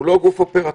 הוא לא גוף אופרטיבי.